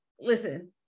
listen